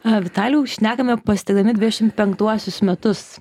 vitalijau šnekame pasitikdami dvidešimt penktuosius metus